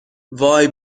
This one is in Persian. وای